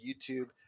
YouTube